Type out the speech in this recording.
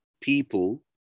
people